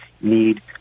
need